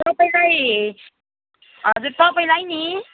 तपाईँलाई हजुर तपाईँलाई नि